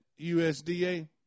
USDA